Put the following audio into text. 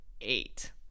eight